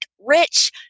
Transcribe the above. rich